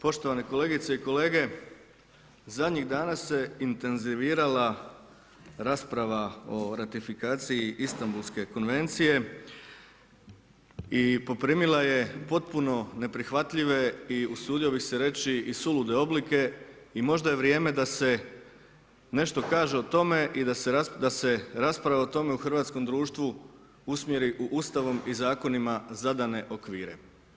Kolegice i kolege, zadnjih dana se intenzivirala rasprava o ratifikaciji Istanbulske konvencije i poprimila je potpuno neprihvatljive i usudio bi se reći i sulude oblike i možda je vrijeme da se nešto kaže o tome i da se rasprava o tome u hrvatskom društvu usmjeri u Ustavom i zakonima zadane okvire.